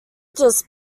just